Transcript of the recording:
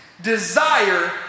desire